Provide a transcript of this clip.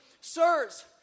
sirs